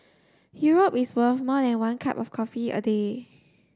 Europe is worth more than one cup of coffee a day